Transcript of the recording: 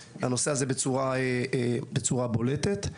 הנושא הזה עלה בצורה בולטת גם מהלוחמים.